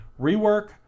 Rework